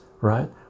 right